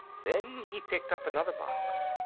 then he picked up another box.